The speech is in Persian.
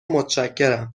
متشکرم